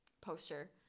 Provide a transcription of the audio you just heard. poster